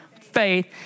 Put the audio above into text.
faith